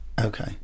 okay